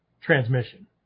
transmission